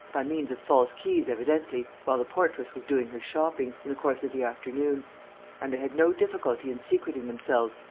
by means of false keys, evidently, while the portress was doing her shopping, in the course of the afternoon and they had no difficulty in secreting themselves,